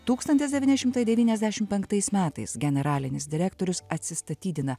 tūkstantis devyni šimtai devyniasdešim penktais metais generalinis direktorius atsistatydina